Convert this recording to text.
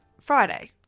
friday